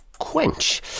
quench